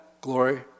glory